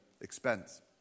expense